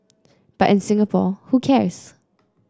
but in Singapore who cares